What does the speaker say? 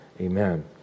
Amen